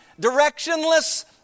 directionless